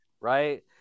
right